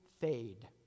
fade